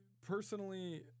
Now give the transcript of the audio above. personally